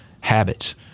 habits